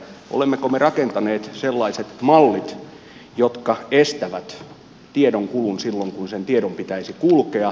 olemmeko me rakentaneet sellaiset mallit jotka estävät tiedon kulun silloin kun sen tiedon pitäisi kulkea